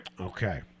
Okay